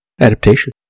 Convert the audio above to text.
Adaptation